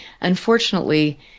unfortunately